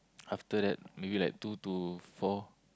after that maybe like two to four